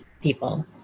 people